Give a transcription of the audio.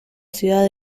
ciudad